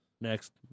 Next